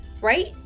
right